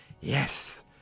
yes